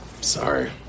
Sorry